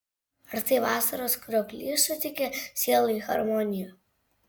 ar tai vasaros krioklys suteikia sielai harmoniją